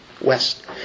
west